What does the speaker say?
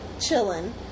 chilling